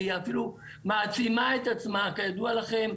והיא אפילו מעצימה את עצמה כידוע לכם,